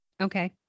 Okay